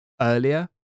earlier